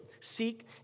Seek